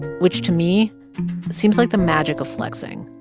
which to me seems like the magic of flexing,